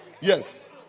Yes